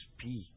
speak